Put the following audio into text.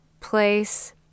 place